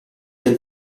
del